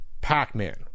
Pac-Man